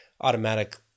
automatic